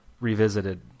Revisited